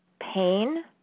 pain